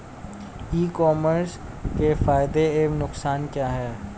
ई commerce के फायदे एवं नुकसान क्या हैं?